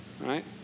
right